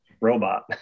robot